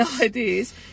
ideas